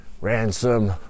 ransom